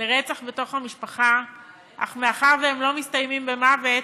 לרצח בתוך המשפחה, אך מאחר שהם לא מסתיימים במוות,